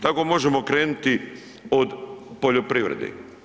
Tako možemo krenuti od poljoprivrede.